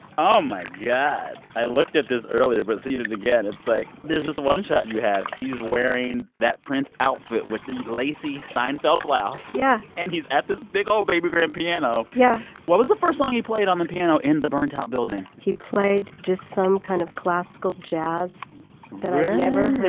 oh, my god. i looked at this earlier. but seeing it again, it's like there's this one shot you have. he's wearing that prince outfit with the lacy seinfeld blouse yeah and he's at this big old baby grand piano yeah what was the first song he played on the piano in the burned-out building? he played just some kind of classical jazz that i'd never heard